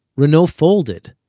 renault folded.